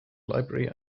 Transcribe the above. library